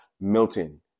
Milton